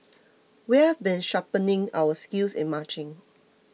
we've been sharpening our skills in marching